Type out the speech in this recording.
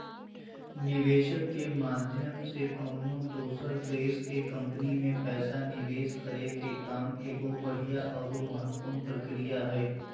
निवेशक के माध्यम से कउनो दोसर देश के कम्पनी मे पैसा निवेश करे के काम एगो बढ़िया आरो महत्वपूर्ण प्रक्रिया हय